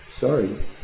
sorry